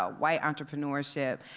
ah white entrepreneurship,